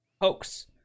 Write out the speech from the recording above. Hoax